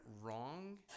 wrong